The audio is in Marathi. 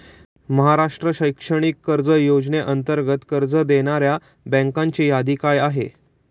महाराष्ट्र शैक्षणिक कर्ज योजनेअंतर्गत कर्ज देणाऱ्या बँकांची यादी काय आहे?